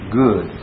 good